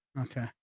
Okay